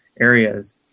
areas